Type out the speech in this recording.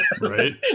Right